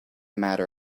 matter